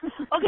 Okay